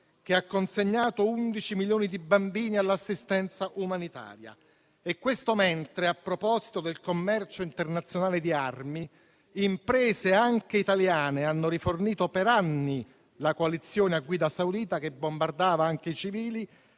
che ha consegnato 11 milioni di bambini all'assistenza umanitaria. Questo mentre, a proposito del commercio internazionale di armi, imprese anche italiane hanno rifornito per anni la coalizione a guida saudita che bombardava anche i civili,